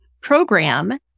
program